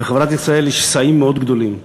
בחברה בישראל יש שסעים גדולים מאוד,